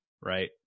Right